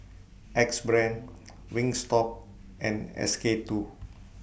Axe Brand Wingstop and S K two